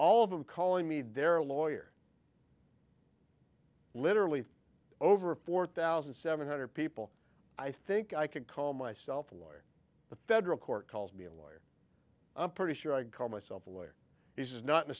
all of them calling me their lawyer literally over four thousand seven hundred people i think i could call myself a lawyer the federal court calls me a lawyer i'm pretty sure i'd call myself a lawyer he's not in